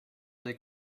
des